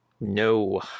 No